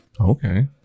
Okay